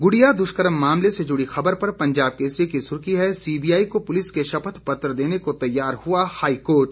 गुड़िया दुष्कर्म मामले से जुड़ी ख़बर पर पंजाब केसरी की सुर्खी है सीबीआई को पुलिस को शपथ पत्र देने को तैयार हुआ हाईकोर्ट